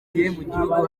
gihugu